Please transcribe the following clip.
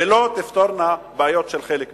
ולא תפתורנה בעיות של חלק מהאזרחים.